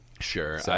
Sure